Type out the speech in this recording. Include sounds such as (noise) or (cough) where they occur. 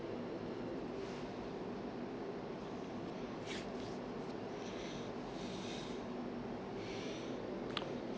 (breath) (noise)